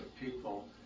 people